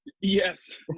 Yes